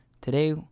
Today